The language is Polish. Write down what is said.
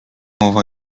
mowa